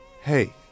Hey